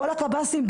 כל הקב"סים,